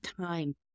time